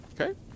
okay